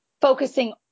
focusing